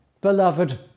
beloved